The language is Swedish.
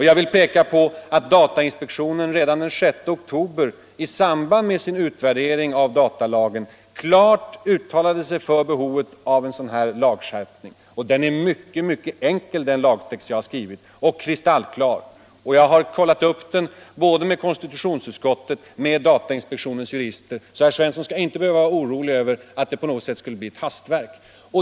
Jag vill peka på att datainspektionen redan den 6 oktober 1975 i samband med sin utvärdering av datalagen klart uttalade sig för behovet av en lagskärpning. Den lagtext som jag har skrivit är enkel — och kristallklar. Jag har kollat upp den både med konstitutionsutskottet och med datainspektionens jurister, så herr Svensson skall inte behöva vara orolig över att det på något sätt skulle bli ett hastverk.